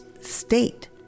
state